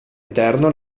interno